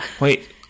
Wait